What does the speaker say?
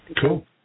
Cool